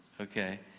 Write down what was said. okay